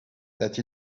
that